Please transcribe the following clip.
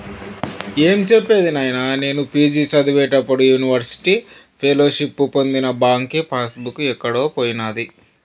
ఏం సెప్పేది నాయినా, నేను పి.జి చదివేప్పుడు యూనివర్సిటీ ఫెలోషిప్పు పొందిన బాంకీ పాస్ బుక్ ఎక్కడో పోయినాది